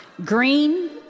green